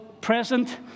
present